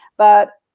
but,